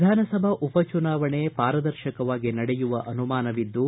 ವಿಧಾನಸಭಾ ಉಪಚುನಾವಣೆ ಪಾರದರ್ಶಕವಾಗಿ ನಡೆಯುವ ಅನುಮಾನವಿದ್ದು